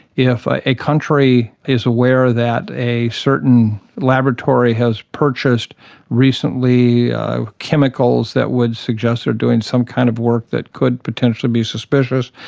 if ah a country is aware that a certain laboratory has purchased recently chemicals that would suggest they are doing some kind of work that could potentially be suspicious,